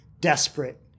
desperate